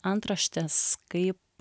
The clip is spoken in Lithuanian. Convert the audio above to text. antraštes kaip